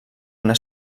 una